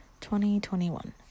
2021